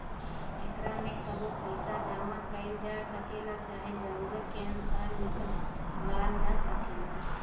एकरा में कबो पइसा जामा कईल जा सकेला, चाहे जरूरत के अनुसार निकलाल जा सकेला